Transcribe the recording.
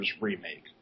remake